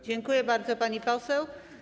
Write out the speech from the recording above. Dziękuję bardzo, pani poseł.